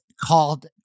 called